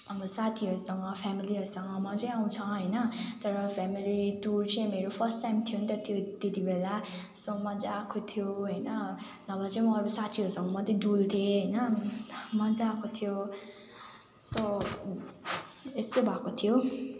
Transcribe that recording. अब साथीहरूसँग फ्यामिलीहरूसँग मजै आउँछ होइन तर फ्यामिली टुर चाहिँ मेरो फर्स्ट टाइम थियो नि त त्यो त्यतिबेला कस्तो मज्जा आएको थियो होइन नभए चाहिँ म साथीहरूसँग मात्रै डुल्थेँ होइन मज्जा आएको थियो सो यस्तो भएको थियो